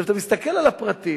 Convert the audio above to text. כשאתה מסתכל על הפרטים,